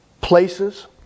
places